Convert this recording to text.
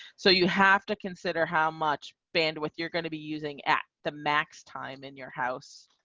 so you have to consider how much bandwidth, you're going to be using at the max time in your house.